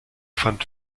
fand